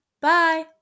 Bye